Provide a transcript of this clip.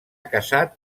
casat